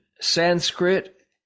Sanskrit